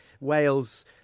Wales